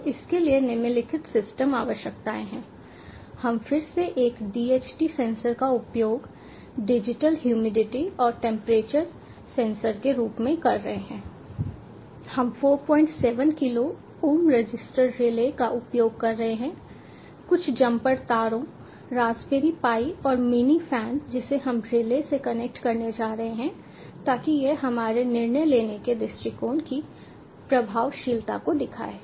तो इसके लिए निम्नलिखित सिस्टम आवश्यकताएं हैं हम फिर से एक DHT सेंसर का उपयोग डिजिटल ह्यूमिडिटी और टेंपरेचर सेंसर के रूप में कर रहे हैं हम 47 किलो ओम रजिस्टर रिले का उपयोग कर रहे हैं कुछ जम्पर तारों रास्पबेरी पाई और मिनी फैन जिसे हम रिले से कनेक्ट करने जा रहे हैं ताकि यह हमारे निर्णय लेने के दृष्टिकोण की प्रभावशीलता को दिखाए